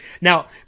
now